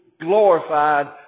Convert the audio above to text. glorified